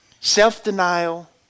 self-denial